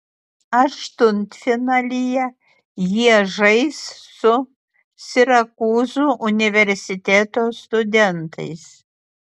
aštuntfinalyje jie žais su sirakūzų universiteto studentais